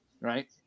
Right